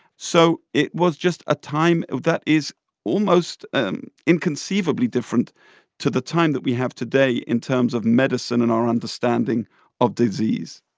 so it was just a time that is almost um inconceivably different to the time that we have today in terms of medicine and our understanding of disease